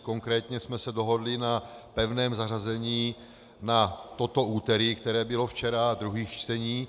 Konkrétně jsme se dohodli na pevném zařazení na toto úterý, které bylo včera, a druhých čtení.